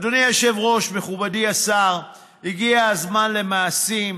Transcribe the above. אדוני היושב-ראש, מכובדי השר, הגיע הזמן למעשים.